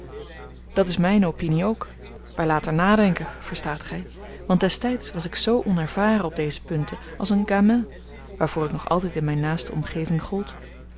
dat is mijne opinie ook bij later nadenken verstaat gij want destijds was ik zoo onervaren op deze punten als een gamin waarvoor ik nog altijd in mijne naaste omgeving gold